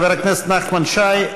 חבר הכנסת נחמן שי,